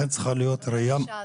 זה רבע שעה.